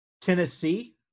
Tennessee